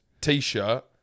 t-shirt